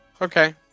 okay